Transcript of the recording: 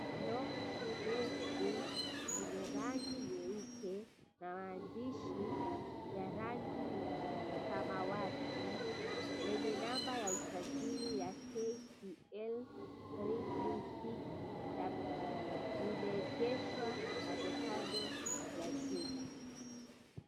Lori ndefu lenye rangi nyeupe maandishi ya rangi ya samawati lenye namba ya usajili ya KCL 336W limeegeshwa kando kando ya jumba.